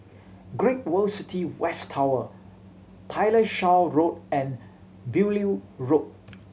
Great World City West Tower Tyersall Road and Beaulieu Road